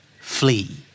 Flee